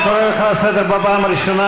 אני קורא אותך לסדר בפעם הראשונה.